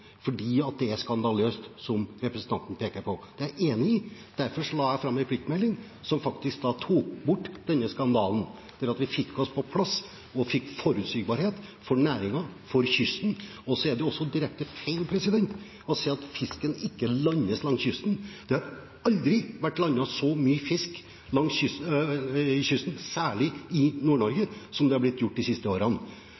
fordi det er skandaløst, som representanten peker på. Det er jeg enig i, og derfor la jeg fram en pliktmelding som faktisk tok bort denne skandalen, slik at vi fikk det på plass og fikk forutsigbarhet for næringen, for kysten. Så er det også direkte feil å si at fisken ikke landes langs kysten. Det har aldri vært landet så mye fisk langs kysten, særlig i